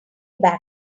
back